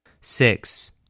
Six